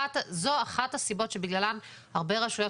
זו אחת הסיבות שבגללן הרבה רשויות